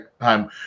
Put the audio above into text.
time